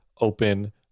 open